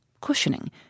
cushioning